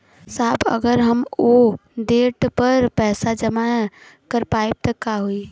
साहब अगर हम ओ देट पर पैसाना जमा कर पाइब त का होइ?